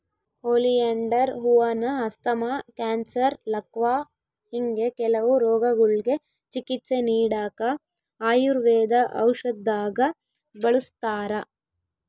oleander ಹೂವಾನ asthma, cancer, ಲಕ್ವಾ ಹಿಂಗೆ ಕೆಲವು ರೋಗಗುಳ್ಗೆ ಚಿಕಿತ್ಸೆ ನೀಡಾಕ ಆಯುರ್ವೇದ ಔಷದ್ದಾಗ ಬಳುಸ್ತಾರ